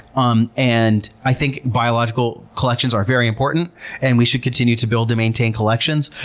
um and i think biological collections are very important and we should continue to build to maintain collections.